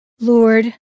Lord